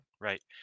right